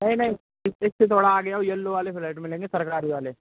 नहीं नहीं इस इससे थोड़ा आगे आओ येलो वाले फ्लैट मिलेंगे सरकारी वाले